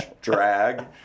drag